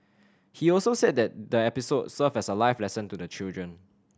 he also said that the episode served as a life lesson to the children